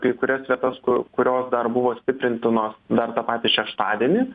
kai kurias vietos ku kurio dar buvo stirpintinos dar tą patį šeštadienį